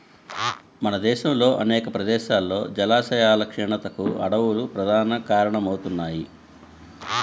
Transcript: మన దేశంలో అనేక ప్రదేశాల్లో జలాశయాల క్షీణతకు అడవులు ప్రధాన కారణమవుతున్నాయి